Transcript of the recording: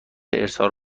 ارسال